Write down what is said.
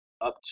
up